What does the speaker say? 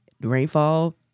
Rainfall